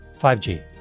5G